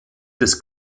des